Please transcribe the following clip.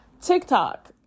TikTok